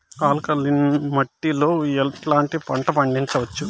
Alkaline మట్టి లో ఎట్లాంటి పంట పండించవచ్చు,?